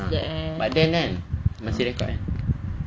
ah but then masih record eh